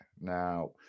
Now